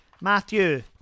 Matthew